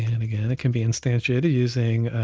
and again, it can be instantiated using